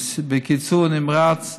בקיצור נמרץ: